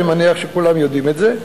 אני מניח שכולם יודעים את זה.